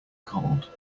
cold